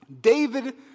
David